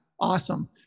Awesome